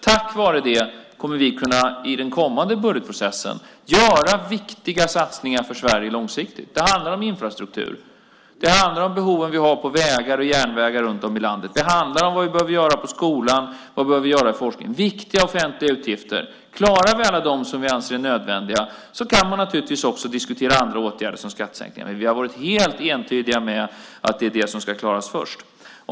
Tack vare det kommer vi i den kommande budgetprocessen att kunna göra viktiga satsningar för Sverige långsiktigt. Det handlar om infrastruktur. Det handlar om behoven vi har på vägar och järnvägar runt om i landet. Det handlar om vad vi behöver göra för skolan och forskningen. Det är viktiga offentliga utgifter. Klarar vi alla de utgifter som vi anser är nödvändiga kan vi naturligtvis också diskutera andra åtgärder, som skattesänkningar. Men vi har varit helt entydiga med att det är detta som ska klaras först.